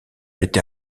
été